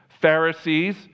pharisees